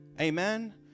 Amen